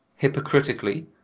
hypocritically